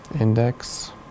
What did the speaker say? Index